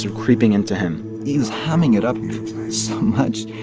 um creeping into him he's hamming it up so much.